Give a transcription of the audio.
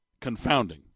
confounding